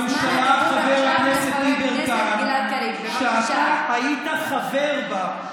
הממשלה, חבר הכנסת יברקן, שאתה היית חבר בה,